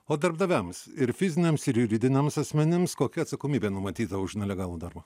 o darbdaviams ir fiziniams ir juridiniams asmenims kokia atsakomybė numatyta už nelegalų darbą